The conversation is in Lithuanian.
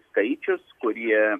skaičius kurie